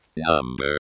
Number